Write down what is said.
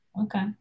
okay